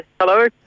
hello